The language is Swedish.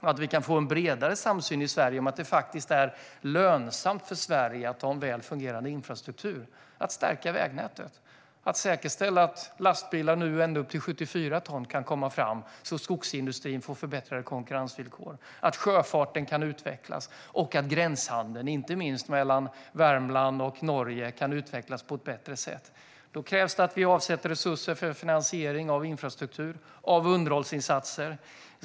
Då kan vi få en bredare samsyn i Sverige om att det är lönsamt för Sverige att ha en väl fungerande infrastruktur, att stärka vägnätet, att säkerställa att lastbilar upp till 74 ton kan komma fram så att skogsindustrin får förbättrade konkurrensvillkor, att sjöfarten kan utvecklas och att gränshandeln, inte minst mellan Värmland och Norge, kan utvecklas på ett bättre sätt. Då krävs det att vi avsätter resurser för finansiering av infrastruktur och av underhållsinsatser.